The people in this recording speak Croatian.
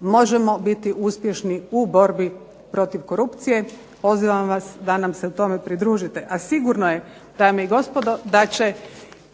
možemo biti uspješni u borbi protiv korupcije. Pozivam vas da nam se u tome pridružite. A sigurno je dame i gospodo da će